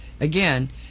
again